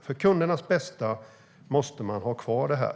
För kundernas bästa måste man ha kvar det här.